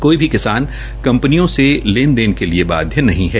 कोई भी किसान कंपनियों से लेन देन के लिए बाध्य नहीं हैं